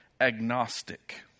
agnostic